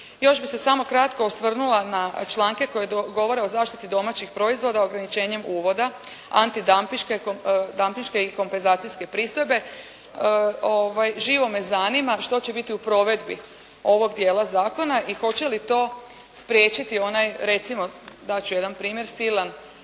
Još bih se samo kratko osvrnula na članke koji govore o zaštiti domaćeg proizvoda ograničenjem uvoda, antidampinške i kompenzacijske pristojbe, živo me zanima što će biti u provedbi ovog dijela zakona i hoće li to spriječiti onaj recimo dat ću jedan primjer silan